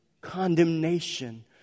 condemnation